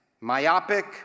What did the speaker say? myopic